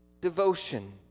devotion